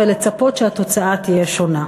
ולצפות שהתוצאה תהיה שונה.